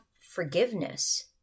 forgiveness